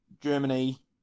Germany